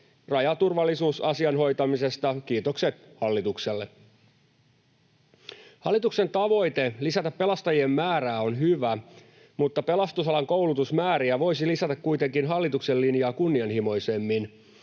rajaturvallisuusasian hoitamisesta kiitokset hallitukselle. Hallituksen tavoite lisätä pelastajien määrää on hyvä, mutta pelastusalan koulutusmääriä voisi lisätä kuitenkin hallituksen linjaa kunnianhimoisemmin,